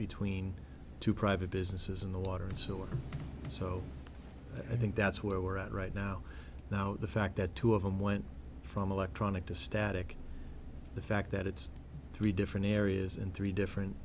between two private businesses in the water and so on so i think that's where we're at right now now the fact that two of them went from electronic to static the fact that it's three different areas in three